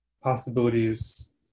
possibilities